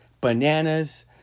bananas